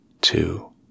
Two